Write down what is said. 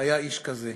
היה איש כזה.